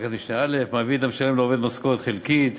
תקנת משנה (א): "מעביד המשלם לעובד משכורת חלקית,